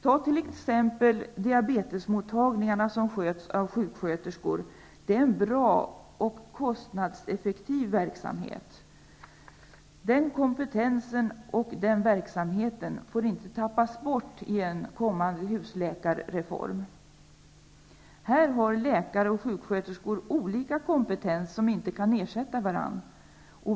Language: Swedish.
Som exempel kan jag nämna diabetesmottagningarna, som sköts av sjuksköterskor. Det är en bra och kostnadseffektiv verksamhet. Den kompetensen och den verksamheten får inte tappas bort i en kommande husläkarreform. Här har läkare och sjuksköterskor olika kompetens som inte kan ersätta varandra.